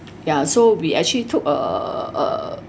ya so we actually took uh a